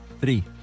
Three